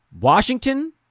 Washington